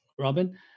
Robin